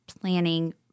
planning